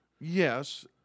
Yes